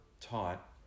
taught